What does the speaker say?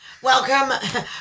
Welcome